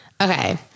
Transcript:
Okay